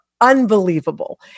unbelievable